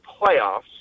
playoffs